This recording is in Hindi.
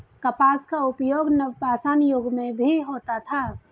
कपास का उपयोग नवपाषाण युग में भी होता था